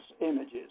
images